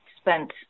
spent